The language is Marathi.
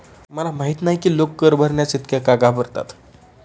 मला माहित नाही की लोक कर भरण्यास इतके का घाबरतात